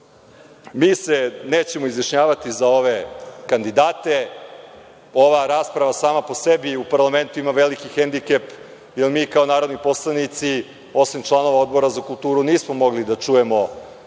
se nećemo izjašnjavati za ove kandidate. Ova rasprava sama po sebi u parlamentu ima veliki hendikep jer mi kao narodni poslanici, osim članova Odbora za kulturu, nismo mogli da čujemo